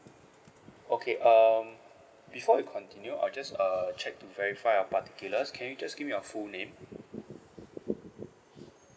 okay um before we continue I'll just uh check to verify your particulars can you just give your full name